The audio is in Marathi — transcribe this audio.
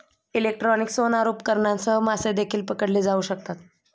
इलेक्ट्रॉनिक सोनार उपकरणांसह मासे देखील पकडले जाऊ शकतात